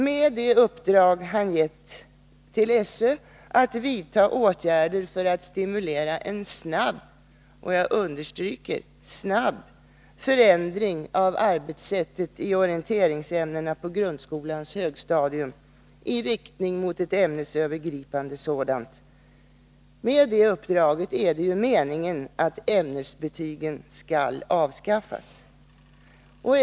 Med det uppdrag han gett till SÖ att vidta åtgärder för att stimulera en snabb — jag understryker snabb — förändring av arbetssättet i orienteringsämnen på grundskolans högstadium i riktning mot ett ämnesövergripande sådant är det ju tvärtom meningen att ämnesbetygen skall avskaffas.